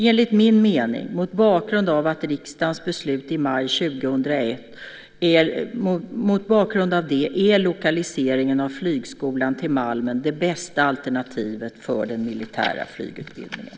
Enligt min mening, mot bakgrund av riksdagens beslut i maj 2001, är lokaliseringen av flygskolan till Malmen det bästa alternativet för den militära flygutbildningen.